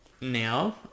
now